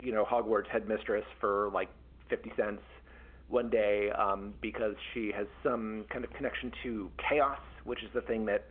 you know, hogwarts headmistress for like fifty cents one day um because she has some kind of connection to chaos, which is the thing that